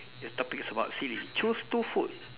the topic is about silly choose two food